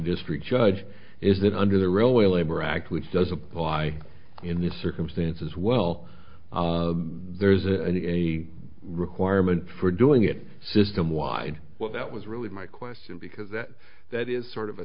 district judge is that under the railway labor act which does apply in these circumstances well there's an a requirement for doing it system wide that was really my question because that that is sort of a